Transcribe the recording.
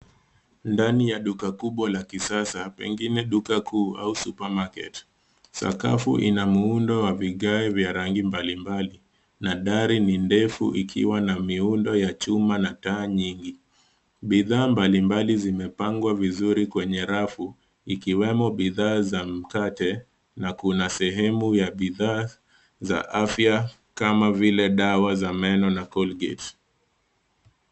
Ndani ya duka kubwa la kisasa, pengine duka kuu au supermarket . Sakafu ina muundo wa vigae vya rangi mbalimbali na dari ni ndefu ikiwa na miundo ya chuma na taa nyingi. Bidhaa mbalimbali zimepangwa vizuri kwenye rafu, ikiwemo bidhaa za mkate na kuna sehemu ya bidhaa za afya kama vile dawa za meno na Colgate.